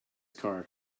car